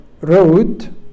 road